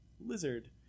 lizard